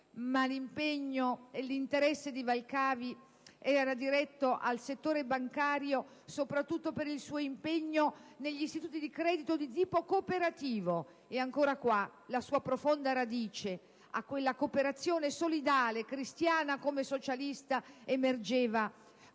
ma l'impegno e l'interesse di Valcavi era diretto al settore bancario soprattutto per il suo impegno negli istituti di credito di tipo cooperativo. E ancora qua, la sua profonda radice nella cooperazione solidale e cristiana, come socialista, emergeva